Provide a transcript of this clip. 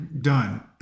done